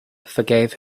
forgave